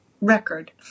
record